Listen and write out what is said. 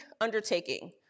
undertaking